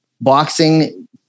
boxing